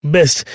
Best